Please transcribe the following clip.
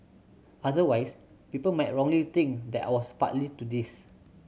otherwise people might wrongly think that I was partly to this